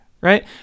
right